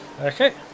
Okay